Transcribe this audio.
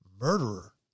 murderer